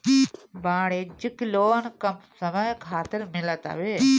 वाणिज्यिक लोन कम समय खातिर मिलत हवे